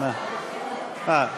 רגע.